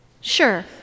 Sure